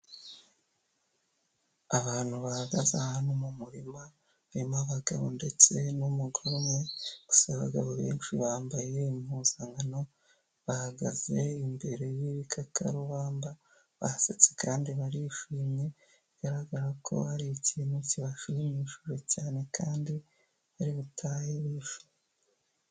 Abantu bahagaze ahantu mu murima harimo abagabo ndetse n'umugore umwe, gusa abagabo benshi bambaye impuzankano bahagaze imbere y'ibikakarubamba, basetse kandi barishimye bigaragara ko hari ikintu kibashimishije cyane kandi bari butahe bishimye.